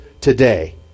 today